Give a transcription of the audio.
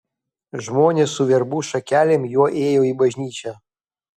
žmonės su verbų šakelėm juo ėjo į bažnyčią